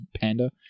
panda